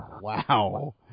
Wow